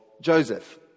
Joseph